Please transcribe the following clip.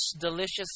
delicious